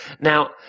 now